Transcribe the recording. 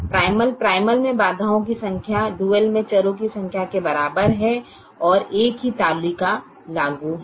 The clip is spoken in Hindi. प्राइमल प्राइमल में बाधाओं की संख्या डुअल में चर की संख्या के बराबर है और एक ही तालिका लागू है